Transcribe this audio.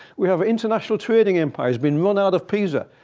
we have international trading empires being run out of pisa.